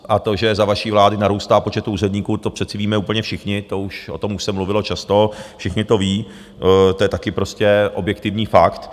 A to, že za vaší vlády narůstá počet úředníků, to přece víme úplně všichni, o tom už se mluvilo často, všichni to ví, to je taky objektivní fakt.